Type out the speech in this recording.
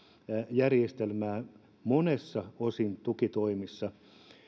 järjestelmää monilta osin tukitoimissa